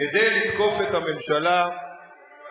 כדי לתקוף את הממשלה, של הממשלה.